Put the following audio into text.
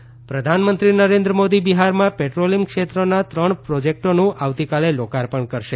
petroleum project પ્રધાનમંત્રી નરેન્દ્ર મોદી બિહારમાં petroleum ક્ષેત્રના ત્રણ પ્રોજેકટોનું આવતીકાલે લોકાર્પણ કરશે